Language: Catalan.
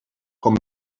com